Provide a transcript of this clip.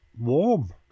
warm